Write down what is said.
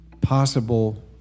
possible